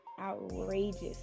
outrageous